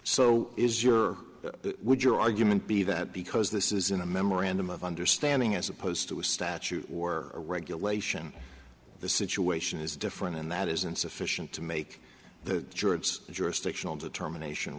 so is your would your argument be that because this is in a memorandum of understanding as opposed to a statute or regulation the situation is different and that is insufficient to make the sure it's jurisdictional determination